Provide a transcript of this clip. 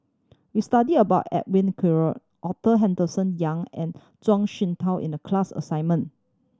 we study about Edwin Koek Arthur Henderson Young and Zhuang Shengtao in the class assignment